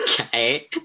Okay